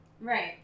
Right